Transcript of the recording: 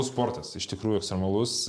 sportas iš tikrųjų ekstremalus